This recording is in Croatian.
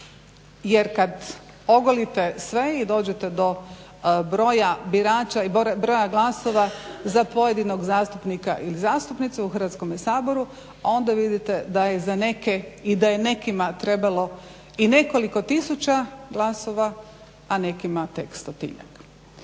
jer kada ogolite sve i dođete do broja birača i broja glasova za pojedinog zastupnika ili zastupnicu u Hrvatskome saboru onda vidite da je za neke i da je nekima trebalo i nekoliko tisuća glasova, a nekima tek stotinjak.